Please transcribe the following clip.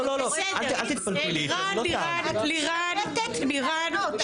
שוב, את משתמטת מלענות.